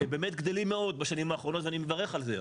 באמת גדלים מאוד בשנים האחרונות ואני מברך על זה.